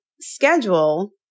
schedule